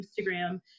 Instagram